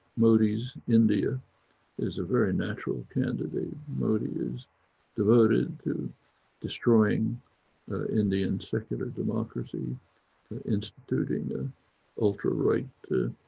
modi's india is a very natural candidate. modi is devoted to destroying indian secular democracy instituting the ultra right